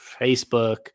Facebook